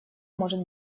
может